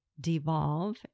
devolve